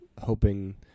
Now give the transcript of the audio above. hoping